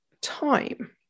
time